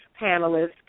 panelists